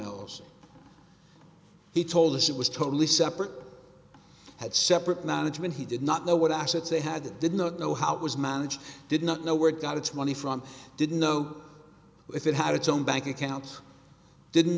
else he told us it was totally separate had separate management he did not know what assets they had did not know how it was managed did not know where it got its money from didn't know if it had its own bank account didn't